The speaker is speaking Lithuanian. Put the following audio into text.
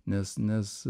nes nes